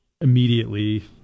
immediately